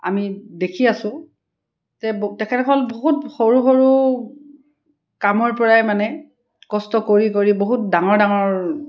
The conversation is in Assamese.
আমি দেখি আছো তেখেতসকল বহুত সৰু সৰু কামৰপৰাই মানে কষ্ট কৰি কৰি বহুত ডাঙৰ ডাঙৰ